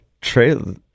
trail